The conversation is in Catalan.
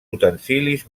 utensilis